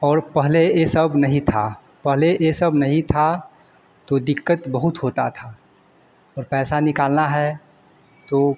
और पहले ये सब नहीं था पहले यह सब नहीं था तो दिक़्क़त बहुत होती थी और पैसा निकालना है तो